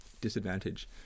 disadvantage